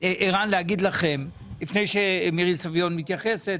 ערן, לפני שמירי סביון מתייחסת,